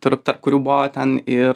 tarp tarp kurių buvo ten ir